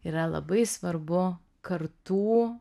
yra labai svarbu kartų